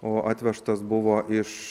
o atvežtas buvo iš